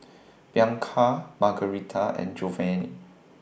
Bianca Margarita and Giovanny